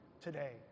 today